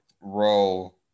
role